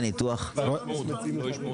סורוקה זה כללית.